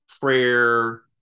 prayer